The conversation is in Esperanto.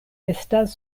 estas